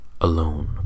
alone